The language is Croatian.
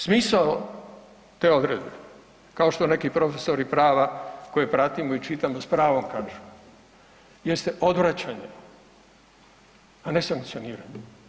Dakle, smisao te odredbe kao što neki profesori prava koje pratimo i čitamo s pravom kažu, jeste odvraćanje, a ne sankcioniranje.